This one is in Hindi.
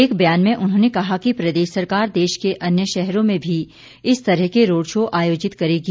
एक बयान में उन्होंने कहा कि प्रदेश सरकार देश के अन्य शहरों में भी इस तरह के रोड़ शो आयोजित करेगी